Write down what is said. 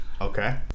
Okay